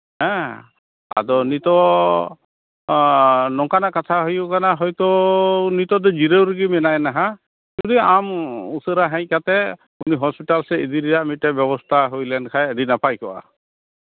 ᱦᱮᱸ ᱟᱫᱚ ᱱᱤᱛᱚᱜ ᱱᱚᱝᱠᱟᱱᱟᱜ ᱠᱟᱛᱷᱟ ᱦᱩᱭᱩᱜ ᱠᱟᱱᱟ ᱦᱚᱭᱛᱳ ᱱᱤᱛᱚᱜ ᱫᱚ ᱡᱤᱨᱟᱹᱣ ᱨᱮᱜᱮ ᱢᱮᱱᱟᱭᱟ ᱱᱟᱦᱟᱸᱜ ᱡᱩᱫᱤ ᱟᱢ ᱩᱥᱟᱹᱨᱟ ᱦᱮᱡ ᱠᱟᱛᱮᱫ ᱩᱱᱤ ᱦᱚᱥᱯᱤᱴᱟᱞ ᱥᱮᱫ ᱤᱫᱤ ᱨᱮᱭᱟᱜ ᱢᱤᱫᱴᱮᱱ ᱵᱮᱵᱚᱥᱛᱷᱟ ᱦᱩᱭ ᱞᱮᱱᱠᱷᱟᱱ ᱟᱹᱰᱤ ᱱᱟᱯᱟᱭ ᱠᱚᱜᱼᱟ